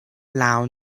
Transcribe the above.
lawn